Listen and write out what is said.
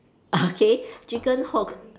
okay chicken hook